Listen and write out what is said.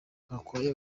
gakwaya